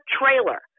trailer